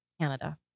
Canada